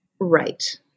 right